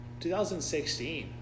2016